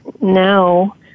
now